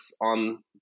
on